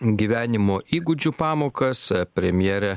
gyvenimo įgūdžių pamokas premjerė